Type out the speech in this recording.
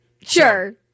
Sure